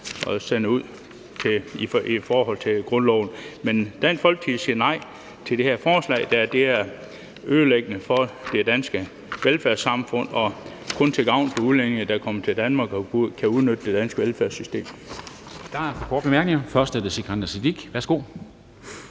i forhold til grundloven. Men Dansk Folkeparti siger nej til det her forslag, da det er ødelæggende for det danske velfærdssamfund og kun er til gavn for udlændinge, der er kommet til Danmark og kan udnytte det danske velfærdssystem.